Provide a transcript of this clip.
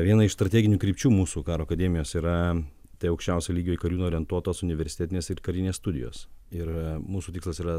viena iš strateginių krypčių mūsų karo akademijos yra tai aukščiausio lygio į kariūną orientuotos universitetinės ir karinės studijos ir mūsų tikslas yra